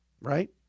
Right